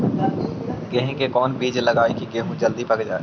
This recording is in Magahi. गेंहू के कोन बिज लगाई कि गेहूं जल्दी पक जाए?